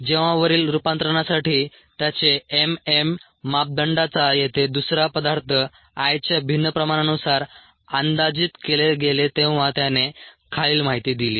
जेव्हा वरील रूपांतरणासाठी त्याचे M M मापदंडाचा येथे दुसरा पदार्थ I च्या भिन्न प्रमाणानुसार अंदाजित केले गेले तेव्हा त्याने खालील माहिती दिली